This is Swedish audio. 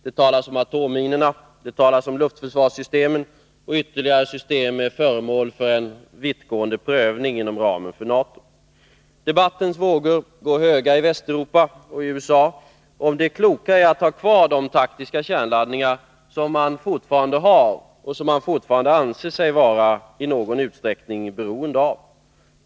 Det talas om atomminorna, om luftförsvarssystemet, och ytterligare system är föremål för en vittgående prövning inom ramen för NATO. Debattens vågor går höga i Västeuropa och i USA om det kloka i att ha kvar de taktiska kärnladdningar som man fortfarande har, och som man i någon utsträckning fortfarande anser sig vara beroende av.